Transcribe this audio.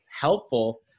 helpful